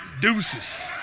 Deuces